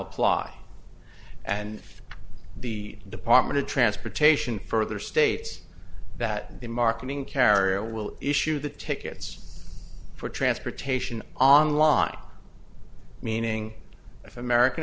apply and the department of transportation further states that the marketing carrier will issue the tickets for transportation on line meaning if american